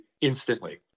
instantly